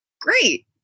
Great